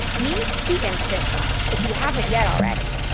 meet the instant pot, if you haven't yet already.